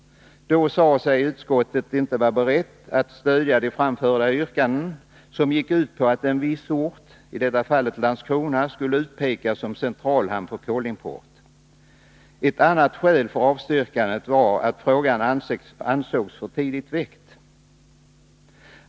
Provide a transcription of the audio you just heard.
Då sade sig utskottet inte vara berett att stödja de då framförda yrkanden som gick ut på att en viss ort, Landskrona, skulle utpekas som centralhamn för kolimport. Ett annnat skäl för avstyrkandet var att frågan ansågs för tidigt väckt.